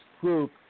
group